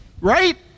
right